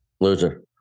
Loser